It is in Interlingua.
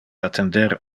attender